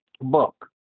book